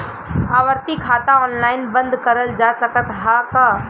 आवर्ती खाता ऑनलाइन बन्द करल जा सकत ह का?